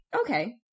Okay